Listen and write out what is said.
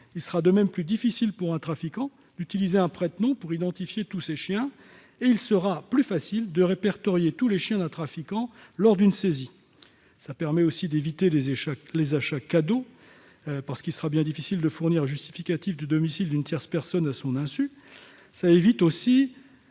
il sera de même plus difficile pour un trafiquant d'utiliser un prête-nom pour identifier tous ses chiens et il sera plus facile de répertorier tous les chiens d'un trafiquant lors d'une saisie. Cela permet par ailleurs d'éviter les achats « cadeaux », parce qu'il sera bien difficile de fournir un justificatif de domicile d'une tierce personne à son insu. Cela évite,